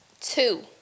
Two